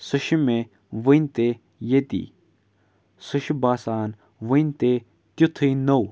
سُہ چھِ مےٚ وٕنۍ تہِ ییٚتی سُہ چھِ باسان وٕنۍ تہِ تیُتھُے نوٚو